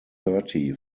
thirty